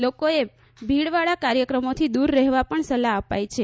લોકોએ ભીડવાળા કાર્યક્રમોથી દુર રહેવા પણ સલાહ અપાઈ છે